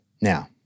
Now